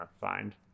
find